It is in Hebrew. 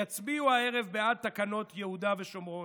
יצביעו הערב בעד תקנות יהודה ושומרון.